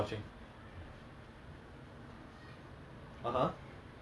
right now err right now deadly class have you heard of that